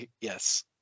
yes